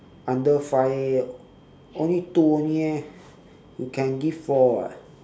under five only two only eh you can give four [what]